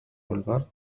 بالبرد